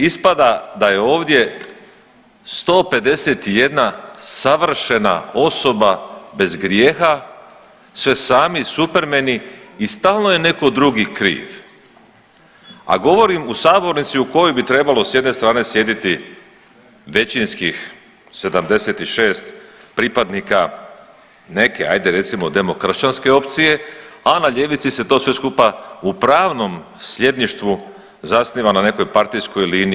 Ispada da je ovdje 151 savršena osoba bez grijeha, sve sami Supermeni i stalno je neko drugi kriv, a govorim u sabornici u kojoj bi trebalo s jedne strane sjediti većinskih 76 pripadnika neke ajde recimo demokršćanske opcije, a na ljevici se to sve skupa u pravnom sljedništvu zasniva na nekoj partijskoj liniji.